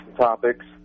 topics